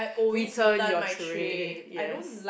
return your tray yes